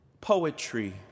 Poetry